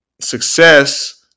success